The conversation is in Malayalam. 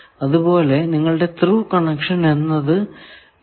അതുപോലെ നിങ്ങളുടെ ത്രൂ കണക്ഷൻ എന്താണ് ഇവിടെ